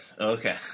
Okay